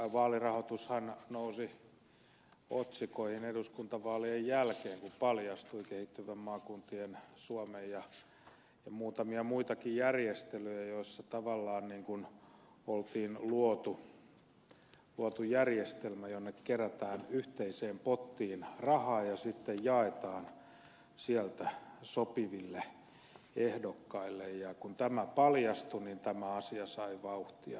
tämä vaalirahoitushan nousi otsikoihin eduskuntavaalien jälkeen kun paljastui kehittyvien maakuntien suomen ja muutamia muitakin järjestelyjä joissa tavallaan oli luotu järjestelmä jonne kerätään yhteiseen pottiin rahaa ja sitten jaetaan sieltä sopiville ehdokkaille ja kun tämä paljastui niin tämä asia sai vauhtia